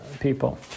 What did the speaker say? people